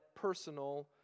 personal